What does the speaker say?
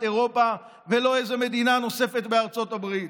אירופה ולא איזו מדינה נוספת בארצות הברית.